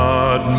God